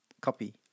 copy